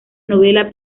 novela